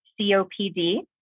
COPD